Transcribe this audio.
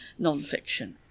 nonfiction